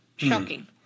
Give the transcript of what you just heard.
Shocking